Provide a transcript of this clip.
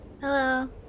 Hello